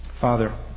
Father